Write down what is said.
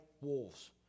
wolves